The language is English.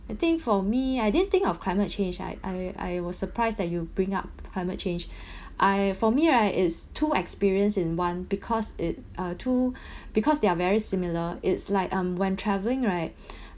I think for me I didn't think of climate change I I I was surprised that you bring up climate change I for me right it's two experience in one because it uh too because they are very similar it's like um when travelling right